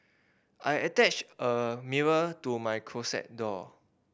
I attached a mirror to my closet door